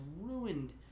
ruined